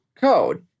code